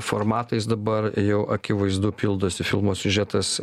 formatais dabar jau akivaizdu pildosi filmo siužetas